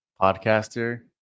podcaster